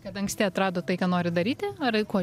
kad anksti atradot tai ką norit daryti ar kuo